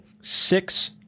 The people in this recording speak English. six